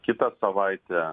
kitą savaitę